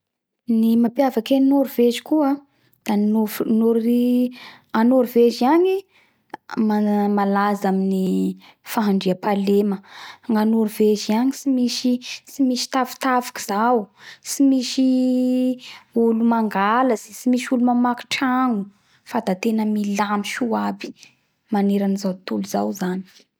Ny mapiavaky any Norvege koa da ny Nory Nory a Norvege agny i malaza aminy fahandriapahalema; gnanorvegy agny tsy misy tsy misy tafitafiky zao tsy misy olo mangalatsy tsy misy olo mamaky tragno fa da tena milamy soa aby manera gny zao totolo zao zany